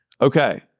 Okay